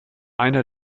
einer